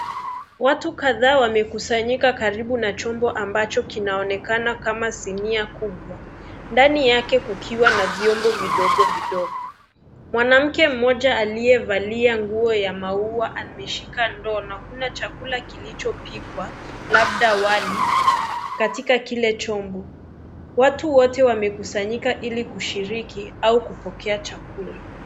Watu kadhaa wamekusanyika karibu na chombo ambacho kinaonekana kama sinia kubwa. Ndani yake kukiwa na vyombo vidogo vidogo. Mwanamke mmoja aliyevalia nguo ya maua ameshika ndoo na kula chakula kilichopikwa, labda wali, katika kile chombo. Watu wote wamekusanyika ili kushiriki au kupokea chakula.